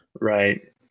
Right